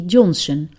Johnson